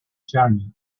journey